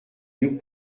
nous